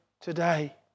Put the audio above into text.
today